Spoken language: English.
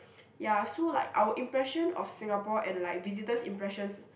ya so like our impression of Singapore and like visitor's impressions